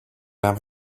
have